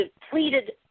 depleted